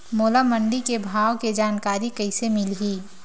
मोला मंडी के भाव के जानकारी कइसे मिलही?